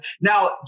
Now